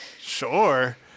Sure